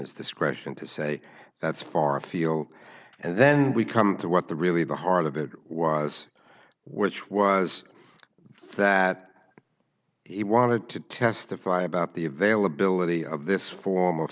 his discretion to say that's far afield and then we come to what the really the heart of it was which was that he wanted to testify about the availability of this form of